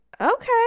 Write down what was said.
okay